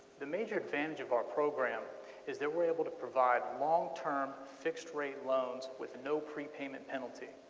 the major advantage of our program is that we're able to provide long-term fixed rate loans with no prepayment penalty